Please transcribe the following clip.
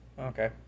Okay